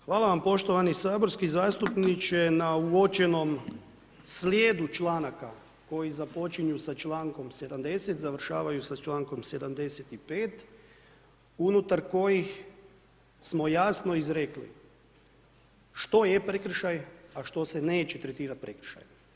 Hvala poštovani saborski zastupniče na uočenom slijedu članaka, koji započinju sa čl. 70. završavaju sa čl. 75. unutar kojih smo jasno izrekli, što je prekršaj a što se neće tretirati prekršajem.